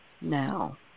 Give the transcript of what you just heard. now